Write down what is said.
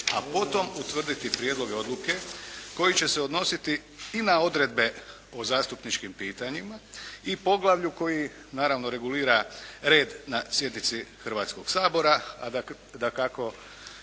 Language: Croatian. a potom utvrditi prijedloge odluke koji će se odnositi i na odredbe o zastupničkim pitanjima i poglavlju koji naravno regulira red na sjednici Hrvatskoga sabora, a dakako